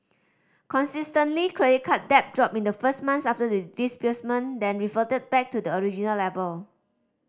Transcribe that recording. consistently credit card debt dropped in the first months after the disbursement then reverted back to the original level